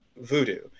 voodoo